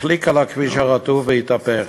החליק על הכביש הרטוב והתהפך.